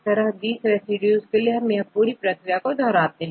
अब सभी 20 रेसिड्यू के लिए यह प्रक्रिया की जाती है